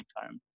time